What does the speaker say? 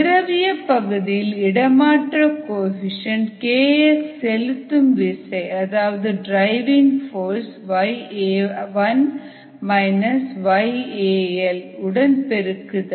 திரவிய பகுதியில் இடமாற்ற கோஎஃபீஷியேன்ட் kx செலுத்தும் விசை அதாவது டிரைவிங் போர்ஸ் உடன் பெருக்குதல்